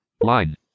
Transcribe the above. line